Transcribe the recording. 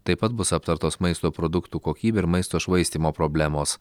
taip pat bus aptartos maisto produktų kokybė ir maisto švaistymo problemos